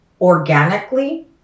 organically